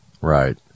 Right